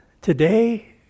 today